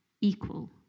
equal